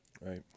right